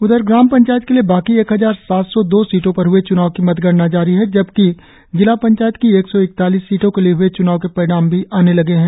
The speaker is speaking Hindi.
उधर ग्राम पंचायत के लिए बाकी एक हजार सात सौ दो सीटों पर ह्ए च्नाव की मतगणना जारी है जबकि जिला पंचायत की एक सौ इकतालीस सीटों के लिए हए च्नाव के परिणाम भी आने लगे है